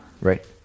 right